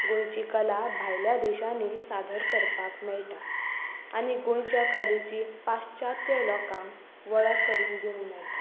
गोंयची कला भायल्या देशांनी सादर करपाक मेळटा आनी गोंयच्या कलेची पाश्चात्य लोकांक वळख करून दिवंक मेळटा